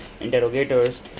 interrogators